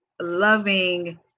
loving